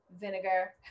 vinegar